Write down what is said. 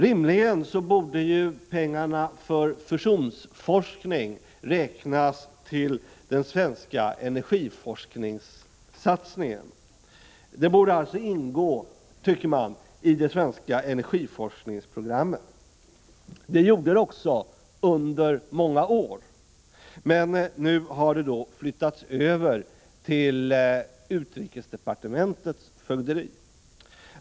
Rimligen borde ju pengarna för fusionsforskning räknas till den svenska energiforskningssatsningen och alltså ingå i det svenska energiforskningsprogrammet. Det gjorde de också under många år, men nu har de flyttats över till utrikesdepartementets fögderi.